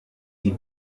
die